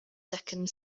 second